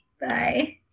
Bye